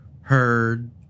heard